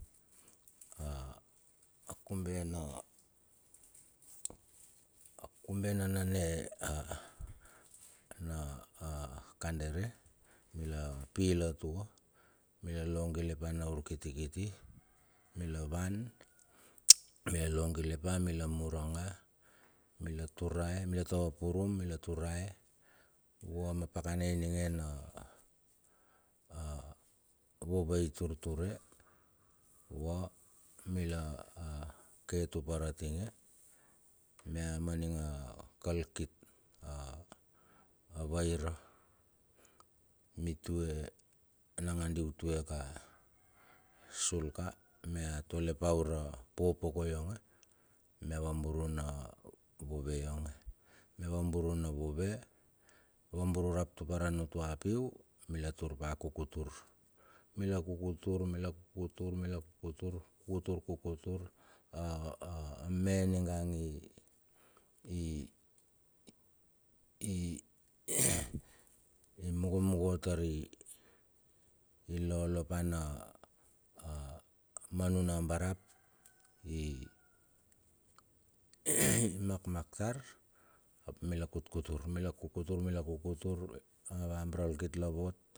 A akube na akube na nane a na a kandere, mila pil a tua mila logile pa na urikiti mila van mila lo gile pa mi mur a nga mila turae mila tatapurum mila turae vue ma pakana ininge na a vove iturture, vua mila a ke tupar atinge mia ma ninga kalkit a avaira mitue nangandi utueka sulka, mia tole pa ura popoko yonge, mia va buru na vove yonge. Mea vaburu na vove, vaburu rap tuparan utua piu. Mila turpa kukutur, mila kukutur mila kukutur mila kukutur kukutur kukutur a a a me ninga i i i i mugo mugo tari lolopa na a, ma nona barat i makmak tar ap mila kukutur, mila kukutur, mila kukutur a ava barakal kit la vot.